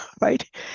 right